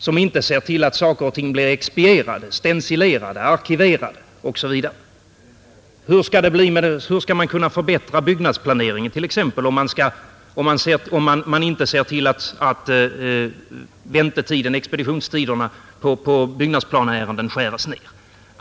De ser inte till att saker och ting blir stencilerade, expedierade och arkiverade osv. Hur skall man t.ex. kunna förbättra byggnadsplaneringen, om man inte ser till att expeditionstiderna för byggnadsplaneärenden skärs ned?